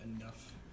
enough